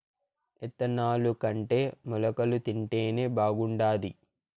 ఇత్తనాలుకంటే మొలకలు తింటేనే బాగుండాది